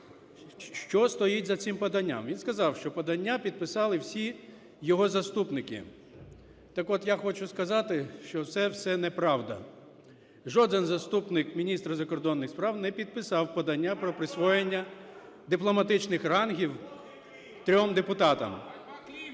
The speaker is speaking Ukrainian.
що стоїть за цим поданням. Він сказав, що подання підписали всі його заступники. Так от, я хочу сказати, що це все неправда. Жоден заступник міністра закордонних справ не підписав подання про присвоєння дипломатичних рангів трьом депутатам.